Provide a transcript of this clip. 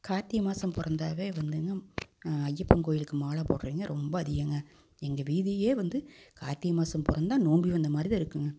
கார்த்திகை மாதம் பிறந்தாவே வந்துங்க ஐயப்பன் கோயிலுக்கு மாலை போடுறவிங்க ரொம்ப அதிகங்க எங்கள் வீதியே வந்து கார்த்திகை மாதம் பிறந்தா நோம்பி வந்த மாதிரி தான் இருக்கும்ங்க